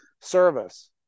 service